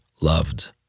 loved